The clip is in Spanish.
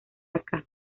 acá